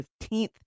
15th